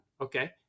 okay